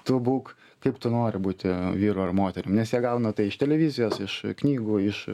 tu būk kaip tu nori būti vyru ar moterim nes jie gauna tai iš televizijos iš knygų iš